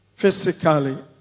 physically